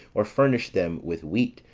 or furnish them with wheat,